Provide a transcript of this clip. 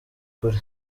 kure